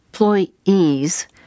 employees